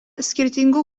skirtingų